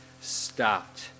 stopped